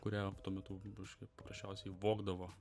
kurią tuo metu aš paprasčiausiai vogdavo